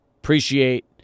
Appreciate